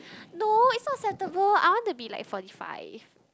no it's not acceptable I want to be like forty five